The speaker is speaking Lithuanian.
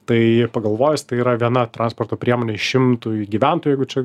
tai pagalvojus tai yra viena transporto priemonių šimtui gyventojų jeigu čia